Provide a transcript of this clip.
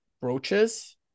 brooches